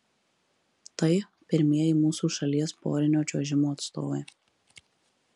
tai pirmieji mūsų šalies porinio čiuožimo atstovai